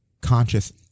conscious